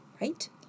right